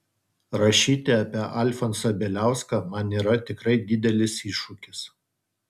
rašyti apie alfonsą bieliauską man yra tikrai didelis iššūkis